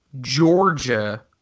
Georgia